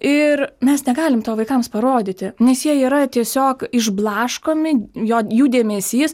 ir mes negalim to vaikams parodyti nes jie yra tiesiog išblaškomi jo jų dėmesys